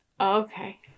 okay